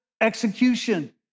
Execution